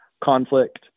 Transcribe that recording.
conflict